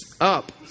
up